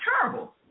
terrible